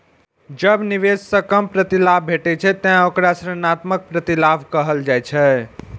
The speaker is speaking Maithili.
जब निवेश सं कम प्रतिलाभ भेटै छै, ते ओकरा ऋणात्मक प्रतिलाभ कहल जाइ छै